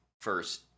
first